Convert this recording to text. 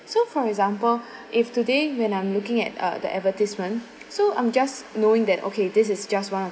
so for example if today when I'm looking at uh the advertisement so I'm just knowing that okay this is just one of